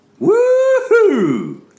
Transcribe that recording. Woohoo